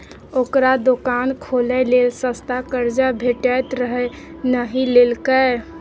ओकरा दोकान खोलय लेल सस्ता कर्जा भेटैत रहय नहि लेलकै